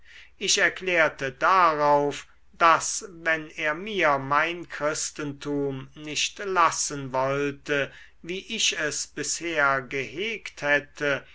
ich erklärte darauf daß wenn er mir mein christentum nicht lassen wollte wie ich es bisher gehegt hätte